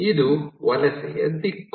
ಇದು ವಲಸೆಯ ದಿಕ್ಕು